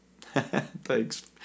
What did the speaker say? Thanks